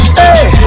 hey